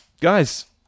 guys